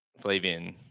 Flavian